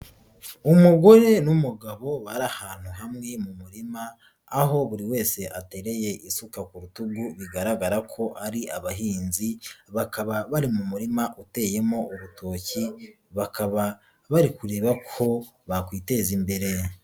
Umugore n'umugabo bari ahantu hamwe mu murima, aho buri wese atereye isuka ku rutugu bigaragara ko ari abahinzi, bakaba bari mu murima uteyemo urutoki, bakaba bari kureba ko bakwiteza imbere.